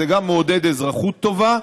זה גם מעודד אזרחות טובה,